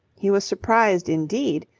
he was surprised, indeed,